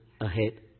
ahead